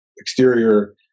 exterior